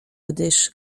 gdyż